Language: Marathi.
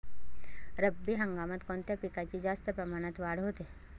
रब्बी हंगामात कोणत्या पिकांची जास्त प्रमाणात वाढ होते?